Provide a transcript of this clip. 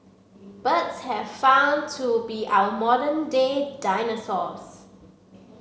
birds have found to be our modern day dinosaurs